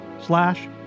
slash